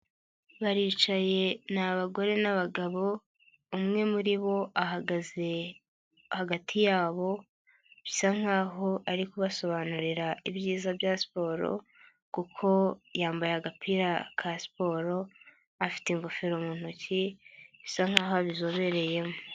Baricaye ni abagore n'abagabo umwe muri bo ahagaze hagati yabo, bisa nkaho ari kubasobanurira ibyiza bya siporo kuko yambaye agapira ka siporo afite ingofero mu ntoki, bisa nkaho abizobereyemo.